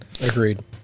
Agreed